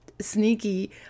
sneaky